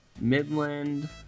Midland